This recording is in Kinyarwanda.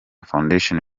foundation